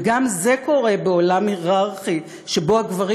וגם זה קורה בעולם הייררכי שבו הגברים